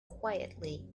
quietly